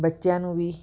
ਬੱਚਿਆਂ ਨੂੰ ਵੀ